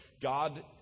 God